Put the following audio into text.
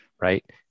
Right